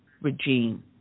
regime